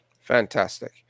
Fantastic